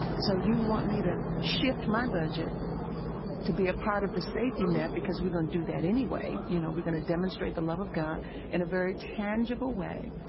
so you want me to shift my budget to be a part of the safety net, because we're going to do that anyway. you know, we're going to demonstrate the love of god in a very tangible way,